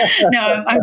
No